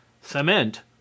Cement